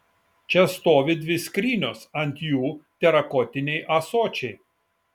čia stovi dvi skrynios ant jų terakotiniai ąsočiai